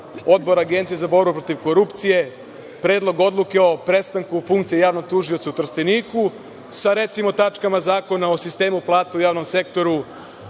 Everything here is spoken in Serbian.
Odbora Agencije za borbu protiv korupcije, Predlog odluke o prestanku funkcije javnog tužioca u Trstenku, sa recimo tačkama Zakona o sistemu plata u javnom sektoru,